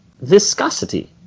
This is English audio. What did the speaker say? viscosity